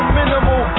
minimal